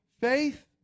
faith